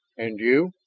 and you?